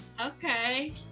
okay